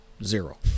zero